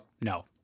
No